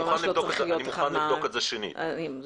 זה ממש לא צריך להיות אחד מה --- שוב,